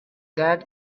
that